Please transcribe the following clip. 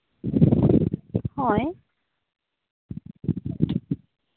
ᱦᱳᱭ